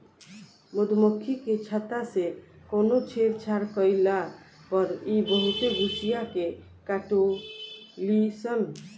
मधुमखी के छत्ता से कवनो छेड़छाड़ कईला पर इ बहुते गुस्सिया के काटेली सन